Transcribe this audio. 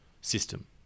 system